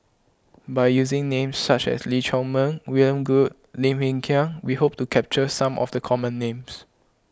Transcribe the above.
by using names such as Lee Chiaw Meng William Goode Lim Hng Kiang we hope to capture some of the common names